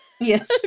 Yes